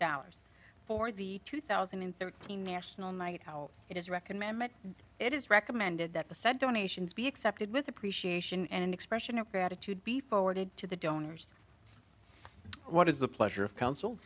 dollars for the two thousand and thirteen national night how it is recommended it is recommended that the said donations be accepted with appreciation and an expression of gratitude be forwarded to the donors what is the pleasure of coun